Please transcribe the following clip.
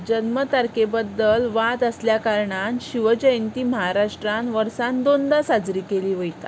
जल्म तारखे बद्दल वाद आसल्या कारणान शिव जयंती महाराष्ट्रांत वर्सांत दोनदां साजरी केली वता